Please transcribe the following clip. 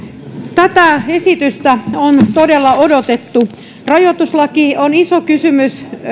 tätä esitystä on todella odotettu rajoituslaki on iso kysymys